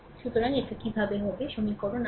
সুতরাং এই কিভাবে হবে সমীকরণ